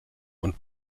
und